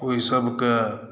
ओहि सभकेँ